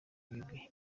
ibigwi